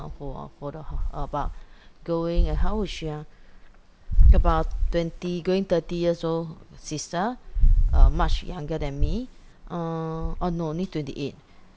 about going uh how old is she ah about twenty going thirty years old sister uh much younger than me orh no only twenty eight